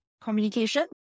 communication